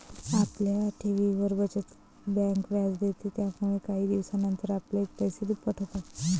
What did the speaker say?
आपल्या ठेवींवर, बचत बँक व्याज देते, यामुळेच काही दिवसानंतर आपले पैसे दुप्पट होतात